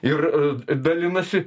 ir dalinasi